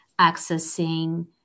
accessing